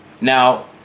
Now